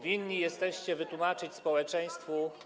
Winni jesteście wytłumaczyć społeczeństwu.